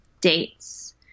dates